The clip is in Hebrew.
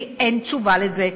לי אין תשובה על זה,